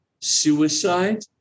suicide